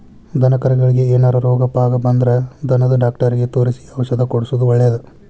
ದನಕರಗಳಿಗೆ ಏನಾರ ರೋಗ ಪಾಗ ಬಂದ್ರ ದನದ ಡಾಕ್ಟರಿಗೆ ತೋರಿಸಿ ಔಷಧ ಕೊಡ್ಸೋದು ಒಳ್ಳೆದ